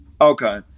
Okay